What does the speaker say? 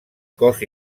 cos